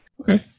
Okay